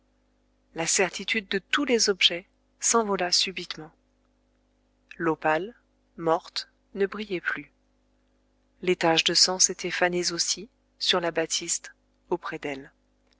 la certitude de tous les objets s'envola subitement l'opale morte ne brillait plus les taches de sang s'étaient fanées aussi sur la batiste auprès d'elle